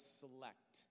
select